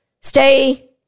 stay